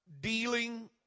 dealing